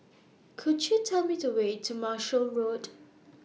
Could YOU Tell Me The Way to Marshall Road